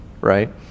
Right